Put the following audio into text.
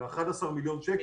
על 11 מיליון שקל.